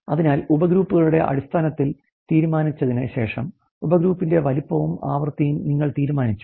അതിനാൽ ഉപഗ്രൂപ്പുകളുടെ അടിസ്ഥാനത്തിൽ തീരുമാനിച്ചതിന് ശേഷം ഉപഗ്രൂപ്പിന്റെ വലുപ്പവും ആവൃത്തിയും നിങ്ങൾ തീരുമാനിച്ചു